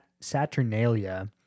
Saturnalia